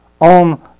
on